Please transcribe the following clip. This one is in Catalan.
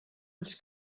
els